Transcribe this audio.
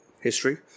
history